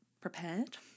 prepared